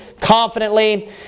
confidently